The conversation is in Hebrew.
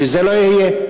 שזה לא יהיה.